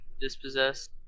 Dispossessed